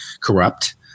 corrupt